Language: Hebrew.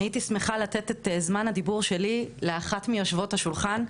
אני הייתי שמחה לתת את זמן הדיבור שלי לאחת מיושבות השולחן,